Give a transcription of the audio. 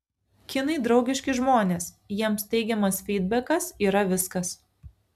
kinai draugiški žmonės jiems teigiamas fydbekas yra viskas